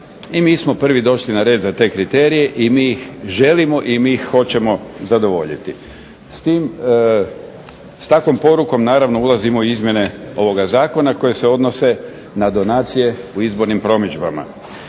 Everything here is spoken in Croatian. i mi smo prvi došli na red za te kriterije i mi ih želimo i mi ih hoćemo zadovoljiti. S takvom porukom naravno ulazimo i u izmjene ovoga zakona koje se odnose na donacije u izbornim promidžbama.